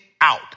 out